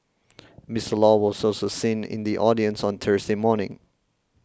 Mister Law was also seen in the audience on Thursday morning